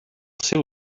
seu